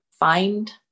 find